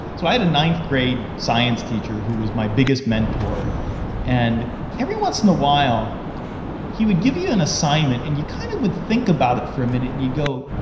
so i had a ninth grade science teacher who was my biggest mentor and every once in a while he would give you an assignment and you kind of would think about it for a minute and you go,